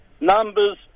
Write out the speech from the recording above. numbers